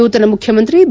ನೂತನ ಮುಖ್ಯಮಂತ್ರಿ ಬಿ